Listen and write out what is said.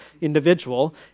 individual